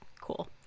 cool